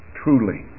truly